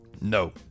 no